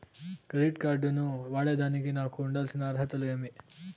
Credit card ను వాడేదానికి నాకు ఉండాల్సిన అర్హతలు ఏమి?